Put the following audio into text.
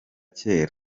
cyera